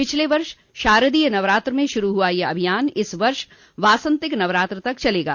पिछले वर्ष शारदीय नवरात्रि में शुरू हुआ यह अभियान इस वर्ष वासंतिक नवरात्रि तक चलेगा